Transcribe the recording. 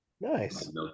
Nice